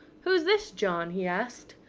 who's this, john? he asked.